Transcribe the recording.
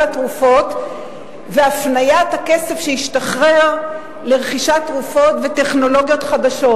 התרופות והפניית הכסף שהשתחרר לרכישת תרופות וטכנולוגיות חדשות.